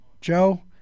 Joe